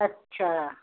अच्छा